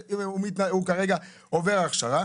הוא כרגע עובר הכשרה,